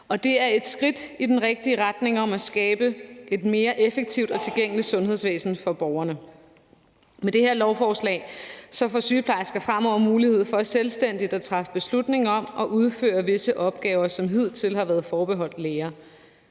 og det er et skridt i den rigtige retning i forhold til at skabe et mere effektivt og tilgængeligt sundhedsvæsen for borgerne. Med det her lovforslag får sygeplejersker fremover mulighed for selvstændigt at træffe beslutning om at udføre visse opgaver, som hidtil har været forbeholdt læger.